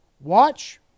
Watch